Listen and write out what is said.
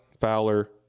Fowler